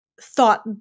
thought